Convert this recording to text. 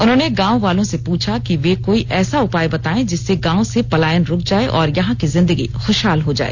उन्होंने गांव वालों से पूछा कि वे कोई ऐसा उपाय बताएं जिससे गांव से पलायन रुक जाए और यहां की जिंदगी खुशहाल हो जाए